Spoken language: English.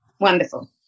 wonderful